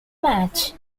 match